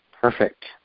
Perfect